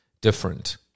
different